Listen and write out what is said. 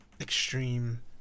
extreme